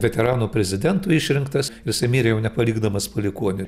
veteranu prezidentu išrinktas ir jisai mirė jau nepalikdamas palikuonių